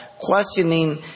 questioning